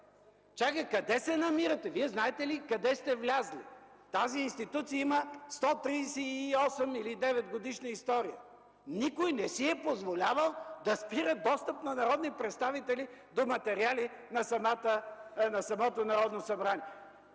Чакайте, къде се намирате?! Вие знаете ли къде сте влезли?! Тази институция има 138 или 139-годишна история. Никой не си е позволявал да спира достъп на народни представители до материали на самото Народно събрание.